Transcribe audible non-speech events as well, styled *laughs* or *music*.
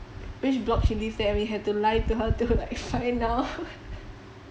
which block she live at and we had to lie to her *laughs* to like find out